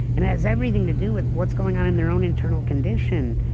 and has everything to do with what's going on in their own internal condition.